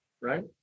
Right